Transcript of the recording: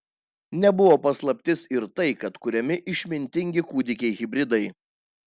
nebuvo paslaptis ir tai kad kuriami išmintingi kūdikiai hibridai